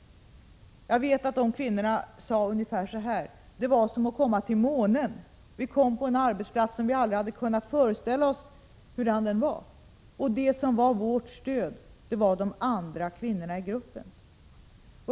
Kvinnorna sade ungefär så här: Det var som att komma till månen. Vi kom till en arbetsplats som vi aldrig hade kunnat föreställa oss. Det som var vårt stöd var de andra kvinnorna i gruppen.